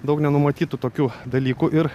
daug nenumatytų tokių dalykų ir